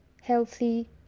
healthy